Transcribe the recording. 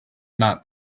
not